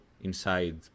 inside